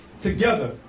together